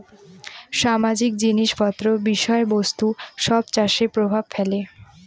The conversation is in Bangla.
সামাজিক জিনিস পত্র বিষয় বস্তু সব চাষে প্রভাব ফেলে